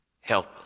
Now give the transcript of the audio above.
help